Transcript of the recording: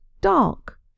dark